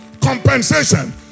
compensation